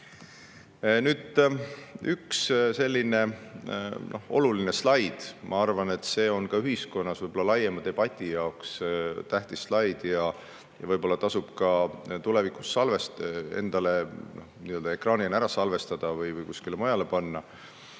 Nüüd üks oluline slaid. Ma arvan, et see on ühiskonnas laiema debati jaoks tähtis slaid, ja võib-olla tasub ka tulevikuks see endale ekraanil ära salvestada või kusagile mujale panna.